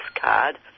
card